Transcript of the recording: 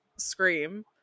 scream